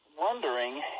wondering